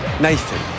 Nathan